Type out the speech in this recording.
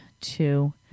two